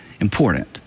important